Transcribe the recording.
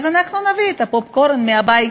אנחנו נביא את הפופקורן מהבית.